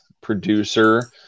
producer